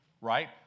right